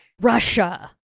russia